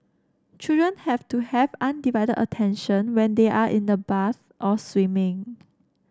children have to have undivided attention when they are in the bath or swimming